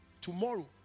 Tomorrow